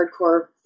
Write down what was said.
hardcore